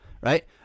right